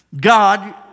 God